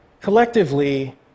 Collectively